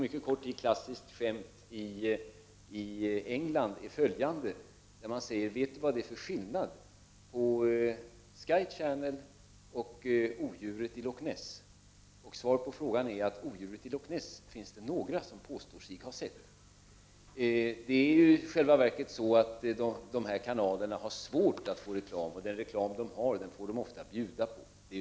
Ett numera klassiskt skämt i England är när man frågar: Vet du vad det är för skillnad på Sky Channel och odjuret i Loch Ness? Svaret på frågan är att odjuret i Loch Ness finns det några som påstår sig ha sett. I själva verket har dessa kanaler svårt att få reklam, och den reklam som de har får de ofta bjuda på.